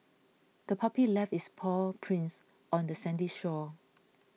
the puppy left its paw prints on the sandy shore